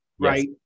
right